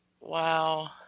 Wow